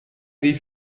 sie